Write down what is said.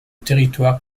territoire